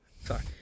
Sorry